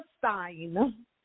Palestine